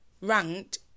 ranked